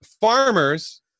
farmers